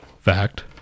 Fact